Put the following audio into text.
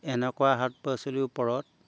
এনেকুৱা শাক পাচলিৰ ওপৰত